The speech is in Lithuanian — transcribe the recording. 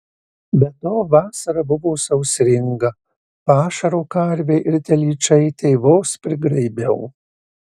be to vasara buvo sausringa pašaro karvei ir telyčaitei vos prigraibiau